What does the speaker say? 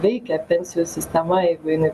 veikia pensijų sistema jeigu jinai